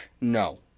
no